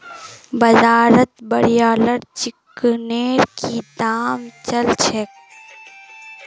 बाजारत ब्रायलर चिकनेर की दाम च ल छेक